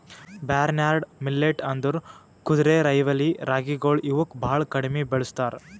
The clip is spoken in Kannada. ಬಾರ್ನ್ಯಾರ್ಡ್ ಮಿಲ್ಲೇಟ್ ಅಂದುರ್ ಕುದುರೆರೈವಲಿ ರಾಗಿಗೊಳ್ ಇವುಕ್ ಭಾಳ ಕಡಿಮಿ ಬೆಳುಸ್ತಾರ್